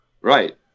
Right